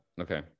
okay